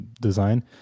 design